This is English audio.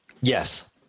Yes